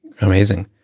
Amazing